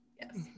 yes